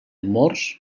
morts